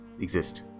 exist